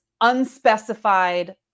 unspecified